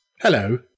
Hello